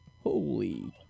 Holy